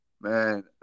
Man